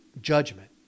judgment